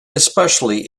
especially